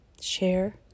Share